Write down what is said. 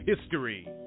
history